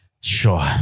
sure